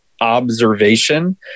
observation